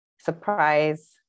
surprise